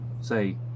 say